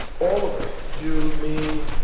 all of us, you, me,